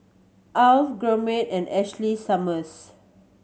Alf Gourmet and Ashley Summers